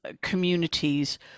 communities